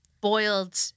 boiled